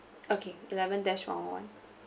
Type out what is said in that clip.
okay eleven dash one one